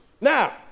Now